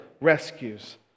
rescues